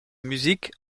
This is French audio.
musique